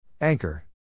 Anchor